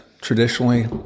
traditionally